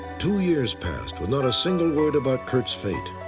two years passed with not a single word about curt's fate.